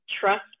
trust